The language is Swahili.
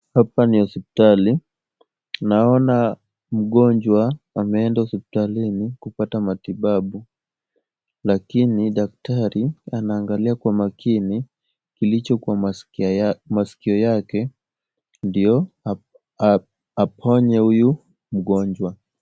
Hapa ni hospitali. Naona mgonjwa ameenda hospitalini kupata matibabu lakini daktari anaangalia kwa makini kilicho kwa masikio yake ndio aponye huyu mgonjwa.